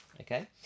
Okay